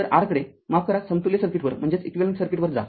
तर r कडे माफ करा समतुल्य सर्किटवर जा